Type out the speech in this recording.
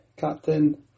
Captain